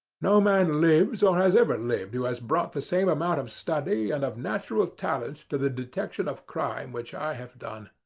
no man lives or has ever lived who has brought the same amount of study and of natural talent to the detection of crime which i have done.